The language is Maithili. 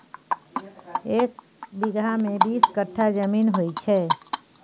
एक बीगहा मे बीस कट्ठा जमीन होइ छै